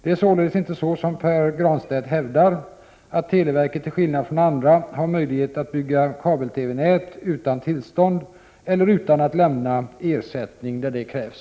Det är således inte så som Pär Granstedt hävdar att televerket till skillnad från andra har möjlighet att bygga kabel-TV-nät utan tillstånd eller utan att lämna ersättning där det krävs.